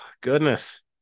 goodness